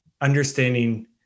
understanding